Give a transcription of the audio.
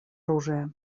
оружия